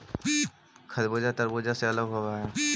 खरबूजा तारबुज से अलग होवअ हई